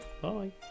bye